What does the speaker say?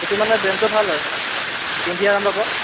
এইটো মানে ব্ৰেণ্ডটো ভাল আৰু মানে পিন্ধি আৰাম পাব